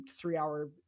three-hour